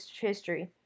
history